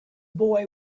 boy